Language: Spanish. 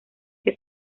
que